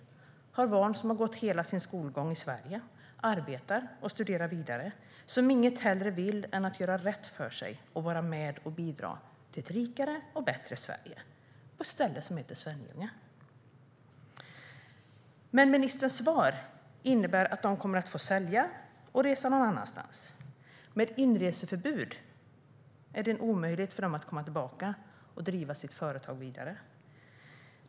De har barn som har gått hela sin skolgång i Sverige, arbetar och studerar vidare och som inget hellre vill än att göra rätt för sig och vara med och bidra till ett rikare och bättre Sverige på ett ställe som heter Svenljunga. Men ministerns svar innebär att de kommer att få sälja och resa någon annanstans. Med ett inreseförbud är det en omöjlighet för dem att komma tillbaka och driva sitt företag vidare.